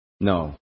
no